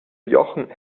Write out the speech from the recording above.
jochen